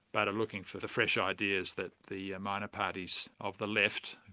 but are looking for the fresh ideas that the minor parties of the left,